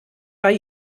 bei